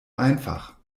einfach